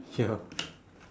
ya